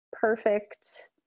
perfect